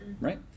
right